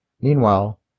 Meanwhile